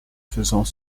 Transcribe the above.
faisant